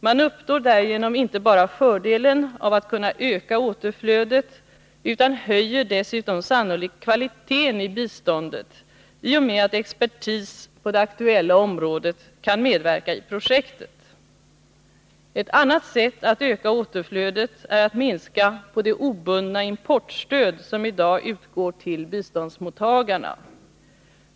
Man uppnår därigenom inte bara fördelen av att kunna öka återflödet utan höjer dessutom sannolikt kvaliteten i biståndet i och med att expertis på det aktuella området kan medverka i projektet. Ett annat sätt att öka återflödet är att minska på det obundna importstöd som i dag utgår till biståndsmottagarna.